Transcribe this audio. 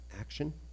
action